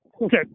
Okay